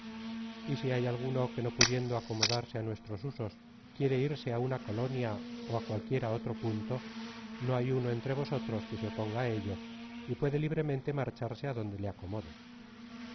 y si bay alguno que no pudiendo acomodarse á nuestros usos quiere irse á una colonia ó á cualquiera otro punto no hay ano entre vosotros que se oponga á ello y puede libremente marcharse á donde le acomode